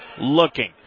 looking